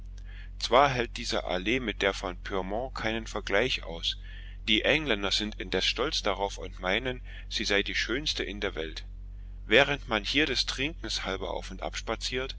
zwar hält diese allee mit der von pyrmont keinen vergleich aus die engländer sind indes stolz darauf und meinen sie sei die schönste in der welt während man hier des trinkens halber auf und ab